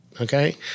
Okay